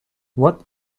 what